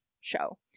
show